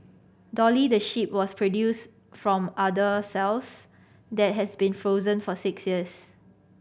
Dolly the sheep was produced from udder cells that had been frozen for six years